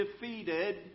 defeated